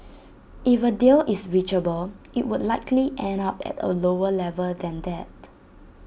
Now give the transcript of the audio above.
if A deal is reachable IT would likely end up at A lower level than that